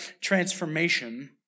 transformation